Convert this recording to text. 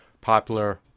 popular